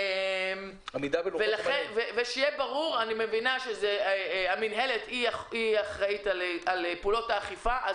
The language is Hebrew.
אני מבינה שהמינהלת אחראית על פעולות האכיפה,